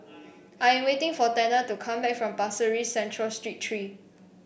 I am waiting for Tanner to come back from Pasir Ris Central Street Three